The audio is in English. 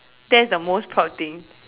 that's the most proud thing